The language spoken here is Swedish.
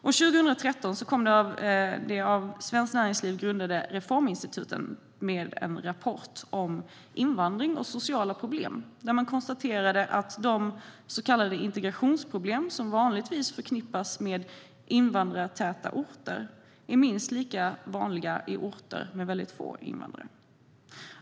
År 2013 kom det av Svenskt Näringsliv grundade Reforminstitutet med en rapport om invandring och sociala problem. Man konstaterade att de så kallade integrationsproblem som vanligtvis förknippas med invandrartäta orter är minst lika vanliga i orter med väldigt få invandrare.